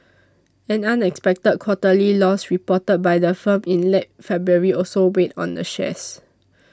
an unexpected quarterly loss reported by the firm in late February also weighed on the shares